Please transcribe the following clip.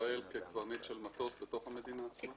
בישראל כקברניט של מטוס בתוך המדינה עצמה?